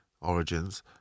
origins